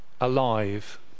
alive